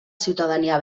ciutadania